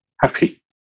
happy